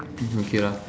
oh okay lah